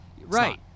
Right